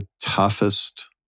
toughest